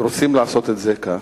אם רוצים לעשות את זה כך,